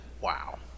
wow